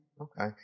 Okay